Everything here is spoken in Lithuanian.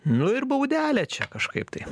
nu ir baudelė čia kažkaip tai